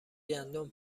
گندم